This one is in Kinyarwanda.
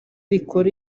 rikora